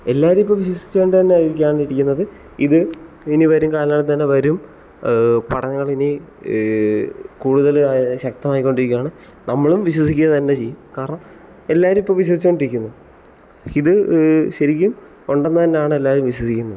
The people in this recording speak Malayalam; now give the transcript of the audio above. എല്ലാവരും ഇപ്പം വിശ്വസിച്ചു കൊണ്ട് തന്നെയാണ് ഇരിക്കുന്നത് ഇത് ഇനി വരും കാലങ്ങളിൽ തന്നെ വരും പഠനങ്ങളിനി കൂടുതൽ ശക്തമായിക്കൊണ്ടിരിക്കുകയാണ് നമ്മളും വിശ്വസിക്കുക തന്നെ ചെയ്യും കാരണം എല്ലാവരും ഇപ്പം വിശ്വസിച്ചു കൊണ്ടിരിക്കുന്നു ഇത് ശരിക്കും ഉണ്ടെന്ന് തന്നെയാണ് എല്ലാവരും വിശ്വസിക്കുന്നത്